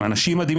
למענה.